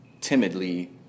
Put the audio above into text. timidly